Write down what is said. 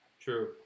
true